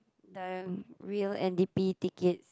the real N_D_P ticket